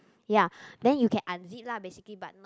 ya then you can unzip lah basically but not